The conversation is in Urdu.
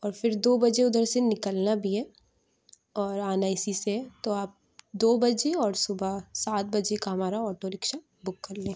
اور پھر دو بجے ادھر سے نکلنا بھی ہے اور آنا اسی سے ہے تو آپ دو بجے اور صبح سات بجے کا ہمارا آٹو رکشا بک کر لیں